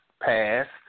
passed